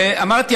אמרתי,